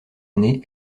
année